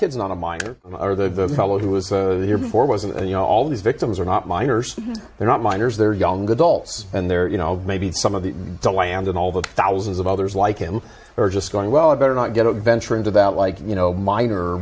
kid's not a miner or the fellow who was here before wasn't you know all these victims are not miners they're not miners they're young adults and they're you know maybe some of the deland and all the thousands of others like him are just going well i better not get to venture into that like you know min